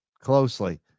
closely